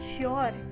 sure